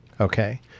okay